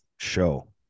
show